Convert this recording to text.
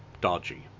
dodgy